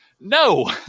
no